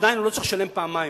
עדיין הוא לא צריך לשלם פעמיים,